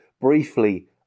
briefly